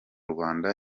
rwanda